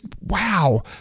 wow